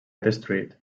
destruït